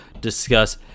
discuss